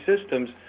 systems